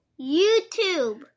YouTube